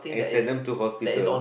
and send them to hospital